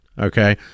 okay